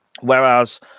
whereas